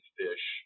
fish